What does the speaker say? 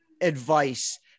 advice